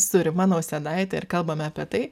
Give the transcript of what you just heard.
su rima nausėdaite ir kalbame apie tai